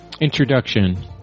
Introduction